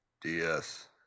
DS